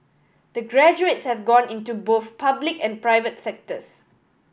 the graduates have gone into both public and private sectors